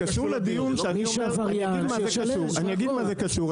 אני אגיד מה זה קשור.